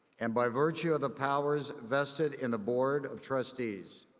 and by virtue of the powers vested in the board of trustees,